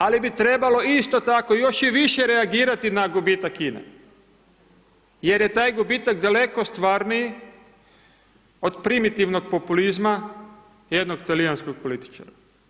Ali bi trebalo isto tako još i više reagirati na gubitak INA-e jer je taj gubitak daleko stvarniji od primitivnog populizma jednog talijanskog političara.